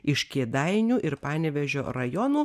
iš kėdainių ir panevėžio rajonų